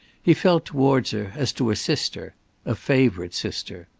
he felt towards her as to a sister a favourite sister.